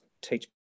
teach